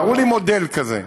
תראו לי מודל כזה.